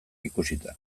ikusita